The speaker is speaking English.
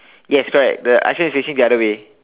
yes correct the ice cream is facing the other way